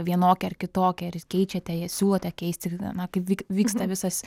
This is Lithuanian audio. vienokia ar kitokia ar keičiate siūlote keisti na kaip vi vyksta visas